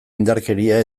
indarkeria